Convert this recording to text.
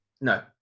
No